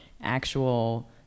actual